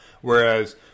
Whereas